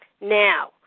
Now